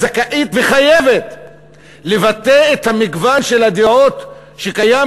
זכאית וחייבת לבטא את מגוון הדעות שקיים